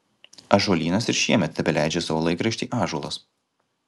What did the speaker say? ąžuolynas ir šiemet tebeleidžia savo laikraštį ąžuolas